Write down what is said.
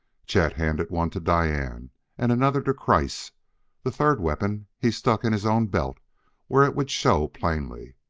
chet handed one to diane and another to kreiss the third weapon he stuck in his own belt where it would show plainly.